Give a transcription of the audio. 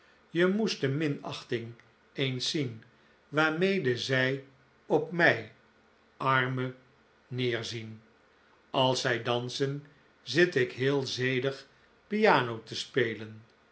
je moest de minachting eens zien waarmede zij op mij arme neerzien als zij dansen zit ik heel zedig piano te spelen